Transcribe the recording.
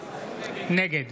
נגד